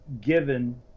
given